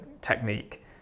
technique